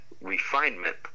refinement